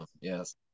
yes